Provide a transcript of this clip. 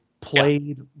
played